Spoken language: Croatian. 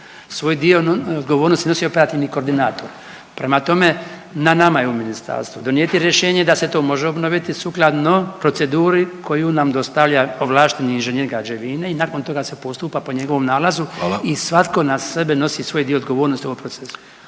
svoj dio odgovornosti nosi operativni koordinator prema tome, na nama je u ministarstvu donijeti rješenje da se to može obnoviti sukladno proceduri koju nam dostavlja ovlašteni inženjer građevine i nakon toga se postupa po njegovom nalazu …/Upadica Vidović: Hvala./… i svatko na sebe nosi svoj dio odgovornosti u ovom procesu.